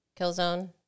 Killzone